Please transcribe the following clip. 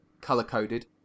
color-coded